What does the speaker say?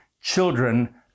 children